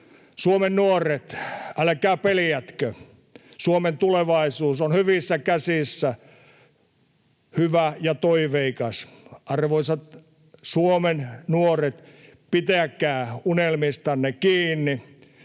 Suomen nuoret, älkää peljätkö. Suomen tulevaisuus on hyvissä käsissä — hyvä ja toiveikas. Arvoisat Suomen nuoret, pitäkää unelmistanne kiinni.